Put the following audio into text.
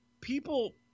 People